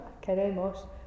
queremos